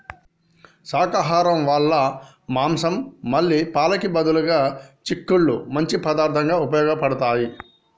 శాకాహరం వాళ్ళ మాంసం మళ్ళీ పాలకి బదులుగా చిక్కుళ్ళు మంచి పదార్థంగా ఉపయోగబడతాయి